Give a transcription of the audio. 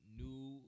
new